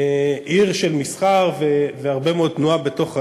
עיר של מסחר, והרבה מאוד תנועה בתוך העיר.